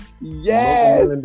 Yes